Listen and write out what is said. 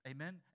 Amen